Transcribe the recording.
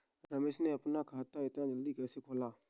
रमेश ने अपना खाता इतना जल्दी कैसे खोला?